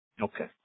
Okay